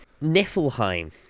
Niflheim